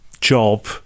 job